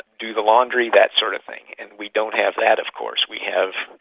do the laundry, that sort of thing, and we don't have that of course. we have,